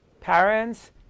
parents